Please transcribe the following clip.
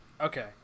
okay